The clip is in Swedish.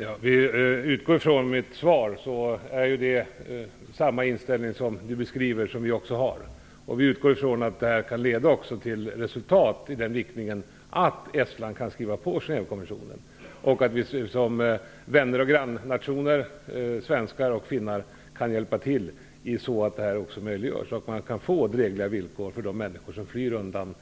Herr talman! Om vi utgår från mitt svar, visar det på samma inställning som Ulla Hoffman beskriver. Låt oss utgå från att det vi gör kan leda till resultat i riktning mot att Estland kan skriva på Genèvekonventionen, att svenskar och finnar, såsom vänner och grannfolk, kan hjälpa till så att detta möjliggörs och man kan få drägligare villkor för de människor som flyr undan